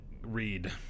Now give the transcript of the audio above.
read